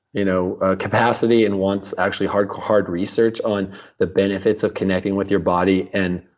you know ah capacity and wants actually hard hard research on the benefits of connecting with your body, and